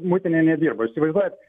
muitinė nedirbo įsivaizduojat